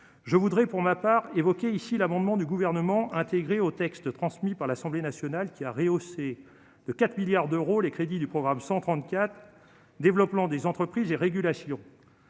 je voudrais, pour ma part évoqué ici l'amendement du gouvernement intégrée au texte transmis par l'Assemblée nationale qui a rehaussé de 4 milliards d'euros, les crédits du programme 134 développement des entreprises et régulations